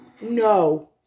No